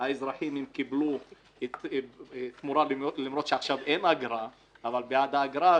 האזרחים קיבלו תמורה למרות שעכשיו אין אגרה אבל בעד האגרה,